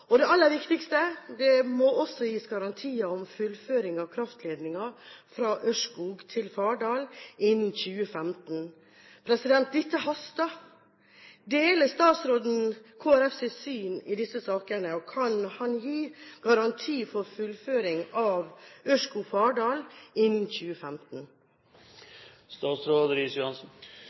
Det aller viktigste: Det må også gis garantier om fullføring av kraftledninger fra Ørskog til Fardal innen 2015. Dette haster. Deler statsråden Kristelig Folkepartis syn i disse sakene, og kan han gi garanti for fullføring av Ørskog–Fardal innen 2015?